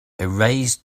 erased